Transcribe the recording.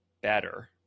better